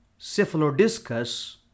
Cephalodiscus